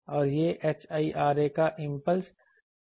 और यह HIRA का इंपल्स रिस्पांस है